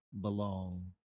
belong